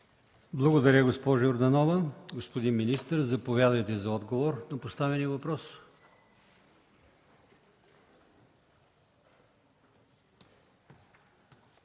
Благодаря, господин Младенов. Господин министър, заповядайте за отговор на поставените въпроси